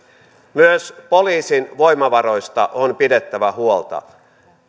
myös poliisin voimavaroista on pidettävä huolta